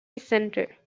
centre